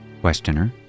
Questioner